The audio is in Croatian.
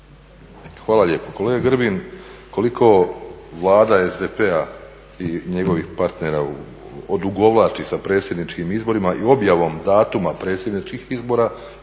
Kolega Grbin, koliko Vlada SDP-a i njegovih partnera odugovlači sa predsjedničkim izborima i objavom datuma predsjedničkih izbora